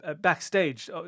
backstage